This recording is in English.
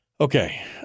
Okay